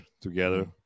together